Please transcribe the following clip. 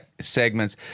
segments